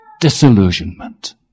disillusionment